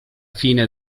fine